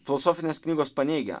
filosofinės knygos paneigia